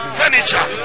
furniture